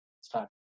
start